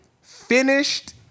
finished